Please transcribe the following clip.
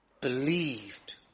believed